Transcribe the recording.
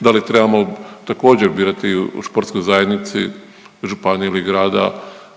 Da li trebamo također birati u športskoj zajednici županiji ili grada